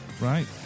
Right